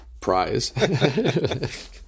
prize